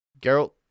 Geralt